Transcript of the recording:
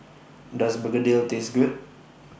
Does Begedil Taste Good